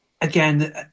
Again